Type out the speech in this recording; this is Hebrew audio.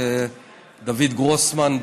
דוד גרוסמן,